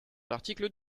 l’article